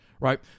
Right